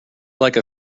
like